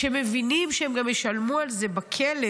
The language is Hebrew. שמבינים שהם גם ישלמו על זה בכלא,